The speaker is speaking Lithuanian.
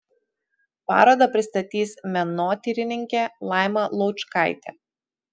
parodą pristatys menotyrininkė laima laučkaitė